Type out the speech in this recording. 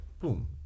boom